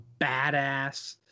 badass